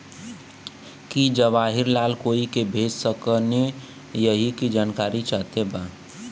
की जवाहिर लाल कोई के भेज सकने यही की जानकारी चाहते बा?